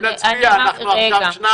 אם נצליח, אנחנו עכשיו שניים.